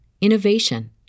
innovation